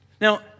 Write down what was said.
Now